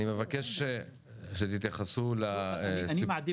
אני מבקש שתתייחסו --- אני מעדיף